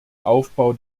aufbau